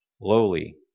lowly